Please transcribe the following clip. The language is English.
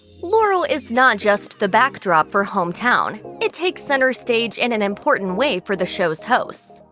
laurel is not just the backdrop for home town it takes center stage in an important way for the show's hosts.